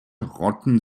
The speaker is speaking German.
rotten